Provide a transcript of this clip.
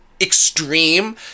extreme